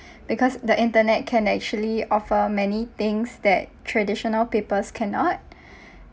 because the internet can actually offer many things that traditional papers cannot